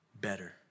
better